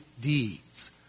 deeds